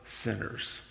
sinners